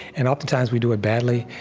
and oftentimes, we do it badly.